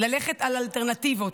ללכת על אלטרנטיבות,